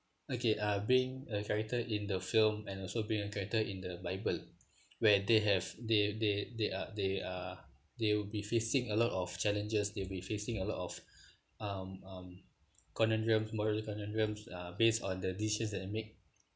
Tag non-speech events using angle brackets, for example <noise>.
okay uh being a character in the film and also being a character in the bible where <breath> they have they they they are they are they will be facing a lot of challenges they will be facing a lot of <breath> um um conundrums moral conundrums uh based on the decisions that they make